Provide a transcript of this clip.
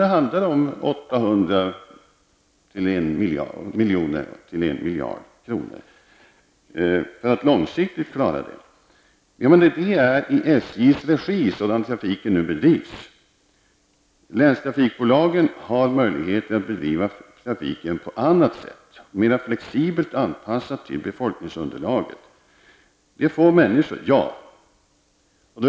Det handlar om 800 miljoner upp till en miljard för att långsiktigt klara det. Det är i SJs regi, sådan trafiken nu bedrivs. Länstrafikbolagen har möjlighet att bedriva trafiken på annat sätt, mera flexibelt och anpassat till befolkningsunderlaget. Det är få människor som reser.